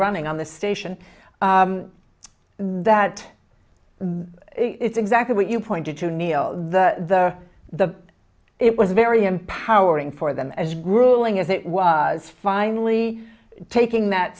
running on the station that the it's exactly what you pointed to neal the the the it was very empowering for them as grueling as it was finally taking that